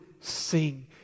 sing